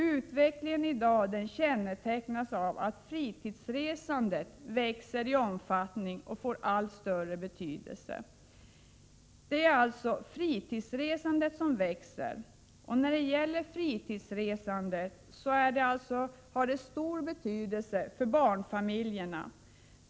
Utvecklingen i dag kännetecknas av att fritidsresandet växer i omfattning och får allt större betydelse.” Det är alltså fritidsresandet som växer, och detta resande har stor betydelse för barnfamiljerna.